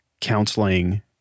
counseling